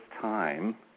time